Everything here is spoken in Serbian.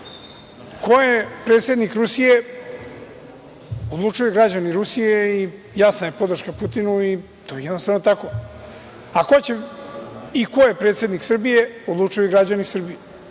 Ko je predsednik Rusije odlučuju građani Rusije i jasna je podrška Putinu i to je jednostavno tako. A ko će biti i ko je predsednik Srbije odlučuju građani Srbije.